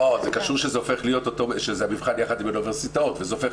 זה קשור שזה מבחן יחד עם האוניברסיטאות וזה הופך